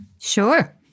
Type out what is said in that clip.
Sure